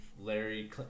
Larry